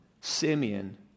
Simeon